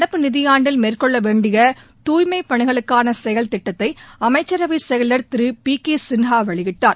நடப்பு நிதியாண்டில் மேற்கெள்ள வேண்டிய தூய்மை பனிகளுக்கான செயல் திட்டத்தை அமைச்சரவை செயலர் திரு பி கே சின்ஹா வெளியிட்டார்